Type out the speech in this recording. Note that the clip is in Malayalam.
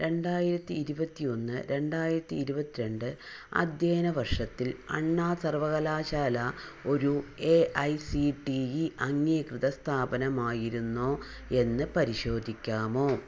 രണ്ടായിരത്തി ഇരുപത്തൊന്ന് രണ്ടായിരത്തി ഇരുപത്തിരണ്ട് അധ്യയന വർഷത്തിൽ അണ്ണാ സർവകലാശാല ഒരു A I C T E അംഗീകൃത സ്ഥാപനമായിരുന്നോ എന്ന് പരിശോധിക്കാമോ